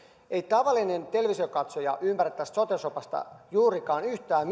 ei tavallinen televisionkatsoja ymmärrä tai välitä tässä sote sopassa juurikaan yhtään